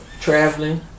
traveling